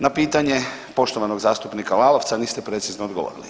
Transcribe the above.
Na pitanje poštovanog zastupnika Lalovca niste precizno odgovorili.